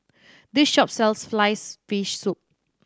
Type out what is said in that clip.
this shop sells sliced fish soup